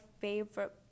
favorite